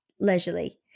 leisurely